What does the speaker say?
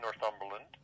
northumberland